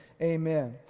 amen